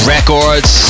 Records